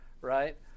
right